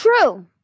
True